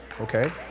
Okay